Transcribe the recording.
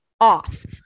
off